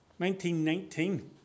1919